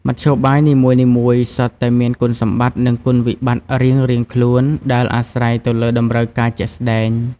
មធ្យោបាយនីមួយៗសុទ្ធតែមានគុណសម្បត្តិនិងគុណវិបត្តិរៀងៗខ្លួនដែលអាស្រ័យទៅលើតម្រូវការជាក់ស្តែង។